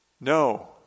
No